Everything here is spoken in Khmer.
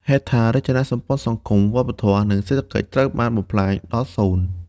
ហេដ្ឋារចនាសម្ព័ន្ធសង្គម វប្បធម៌ និងសេដ្ឋកិច្ចត្រូវបានបំផ្លាញដល់សូន្យ។